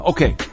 Okay